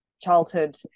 childhood